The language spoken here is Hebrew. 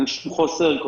אין שום חוסר.